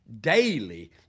daily